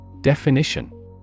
definition